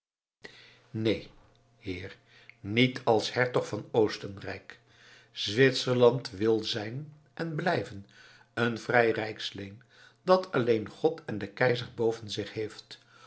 neen heer niet als hertog van oostenrijk zwitserland wil zijn en blijven een vrij rijksleen dat alleen god en den keizer boven zich heeft